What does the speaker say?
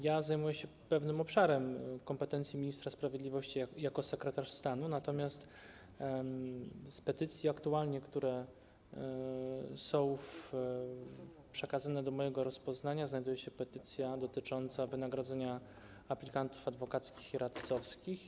Ja zajmuję się pewnym obszarem kompetencji ministra sprawiedliwości jako sekretarz stanu, natomiast wśród aktualnych petycji, które są przekazane do mojego rozpoznania, znajduje się petycja dotycząca wynagrodzenia aplikantów adwokackich i radcowskich.